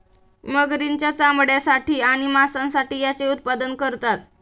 मगरींच्या चामड्यासाठी आणि मांसासाठी याचे उत्पादन करतात